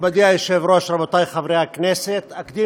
חבר הכנסת ג'מאל זחאלקה, שלוש דקות לרשותך.